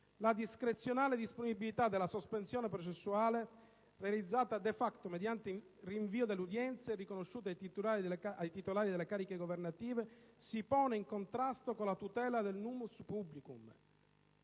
la discrezionale disponibilità della sospensione processuale, realizzata *de facto* mediante rinvio delle udienze, riconosciuta ai titolari delle cariche governative, si pone in contrasto con la tutela del *munus publicum*,